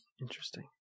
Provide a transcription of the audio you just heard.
interesting